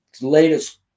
latest